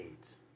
AIDS